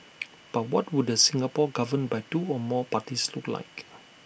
but what would A Singapore governed by two or more parties look like